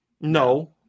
No